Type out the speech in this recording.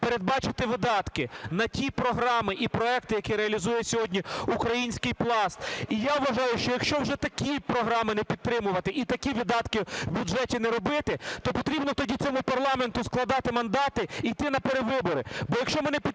передбачити видатки на ті програми і проекти, які реалізує сьогодні український Пласт. І я вважаю, що якщо вже такі програми не підтримувати і такі видатки в бюджеті не робити, то потрібно тоді цьому парламенту складати мандати і йти на перевибори. Бо якщо ми не підтримаємо